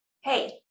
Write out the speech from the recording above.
hey